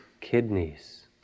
kidneys